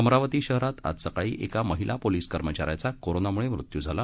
अमरावती शहरात आज सकाळी एका महिला पोलीस कर्मचाऱ्याचा कोरोनामुळे मृत्यू झाला